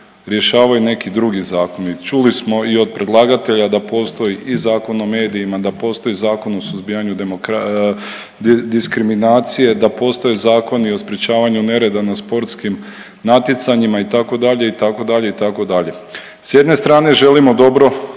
rješavaju neki drugi zakoni. Čuli smo i od predlagatelja da postoji i Zakon o medijima, da postoji Zakon o suzbijanju diskriminacije, da postoji Zakoni o sprječavanju nereda na sportskim natjecanjima itd., itd., itd.. S jedne strane želimo dobro